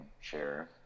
share